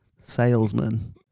salesman